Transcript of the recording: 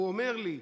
והוא אומר לי: